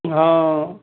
ਹਾਂ